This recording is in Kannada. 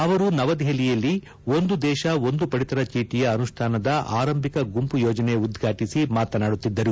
ಅವರು ನವದೆಪಲಿಯಲ್ಲಿ ಒಂದು ದೇಶ ಒಂದು ಪಡಿತರ ಚೀಟಿಯ ಅನುಷ್ಲಾನದ ಆರಂಭಿಕ ಗುಂಪು ಯೋಜನೆ ಉದ್ವಾಟಿಸಿ ಮಾತನಾಡುತ್ತಿದ್ದರು